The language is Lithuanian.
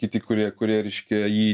kiti kurie kurie reiškia jį